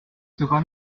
sera